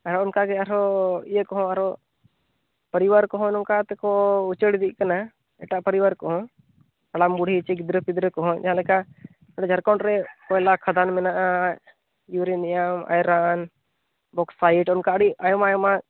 ᱦᱮᱸ ᱚᱱᱠᱟ ᱜᱮ ᱟᱨᱦᱚᱸ ᱤᱭᱟᱹ ᱠᱚᱦᱚᱸ ᱟᱨᱚ ᱯᱚᱨᱤᱵᱟᱨ ᱠᱚᱦᱚᱸ ᱱᱚᱝᱠᱟᱛᱮᱠᱚ ᱩᱪᱟᱹᱲ ᱤᱫᱤᱜ ᱠᱟᱱᱟ ᱮᱴᱟᱜ ᱯᱚᱨᱤᱵᱟᱨ ᱠᱚᱦᱚᱸ ᱦᱟᱲᱟᱢ ᱵᱤᱲᱦᱤ ᱥᱮ ᱜᱤᱫᱽᱨᱟᱹ ᱯᱤᱫᱽᱨᱟᱹ ᱠᱚᱦᱚᱸ ᱡᱟᱦᱟᱸ ᱞᱮᱠᱟ ᱱᱚᱸᱰᱮ ᱡᱷᱟᱲᱠᱷᱚᱱᱰ ᱨᱮ ᱠᱚᱭᱞᱟ ᱠᱷᱟᱫᱟᱱ ᱢᱮᱱᱟᱜᱼᱟ ᱤᱭᱩᱨᱤᱱᱤᱭᱟᱢ ᱟᱭᱨᱚᱱ ᱵᱚᱠᱥᱟᱭᱤᱰ ᱚᱱᱠᱟ ᱟᱹᱰᱤ ᱟᱭᱢᱟ ᱟᱭᱢᱟ